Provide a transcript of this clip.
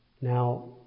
Now